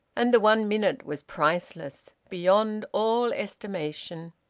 and the one minute was priceless, beyond all estimation.